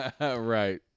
Right